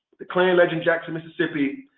the clarion-ledger in jackson, mississippi,